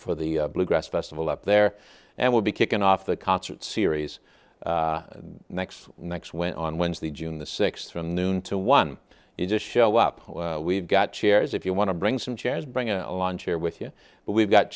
for the bluegrass festival up there and will be kicking off the concert series the next next went on wednesday june the sixth from noon to one you just show up we've got chairs if you want to bring some chairs bring a lawn chair with you but we've got